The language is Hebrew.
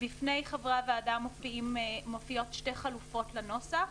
בפני חברי ועדת הכלכלה מופיעות שתי חלופות לנוסח.